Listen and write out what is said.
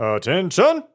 Attention